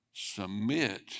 submit